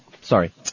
Sorry